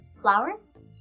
flowers